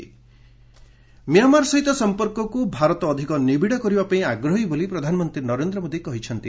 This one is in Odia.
ପିଏମ୍ ମିଆଁମାର ମିଆଁମାର ସହିତ ସଂପର୍କକୁ ଭାରତ ଅଧିକ ନିବିଡ଼ କରିବା ପାଇଁ ଆଗ୍ରହୀ ବୋଲି ପ୍ରଧାନମନ୍ତ୍ରୀ ନରେନ୍ଦ୍ର ମୋଦି କହିଛନ୍ତି